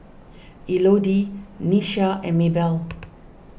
Elodie Nyasia and Maybell